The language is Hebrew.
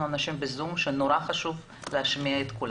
אנשים בזום שמאוד חשוב להשמיע את קולם.